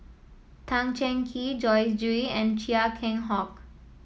Tan Cheng Kee Joyce Jue and Chia Keng Hock